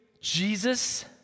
Jesus